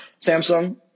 Samsung